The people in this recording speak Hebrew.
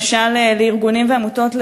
למשל לארגונים ועמותות,